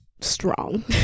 strong